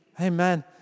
Amen